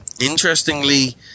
interestingly